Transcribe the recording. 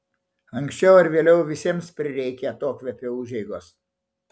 anksčiau ar vėliau visiems prireikia atokvėpio užeigos